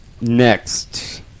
Next